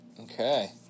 Okay